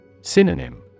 Synonym